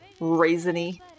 raisiny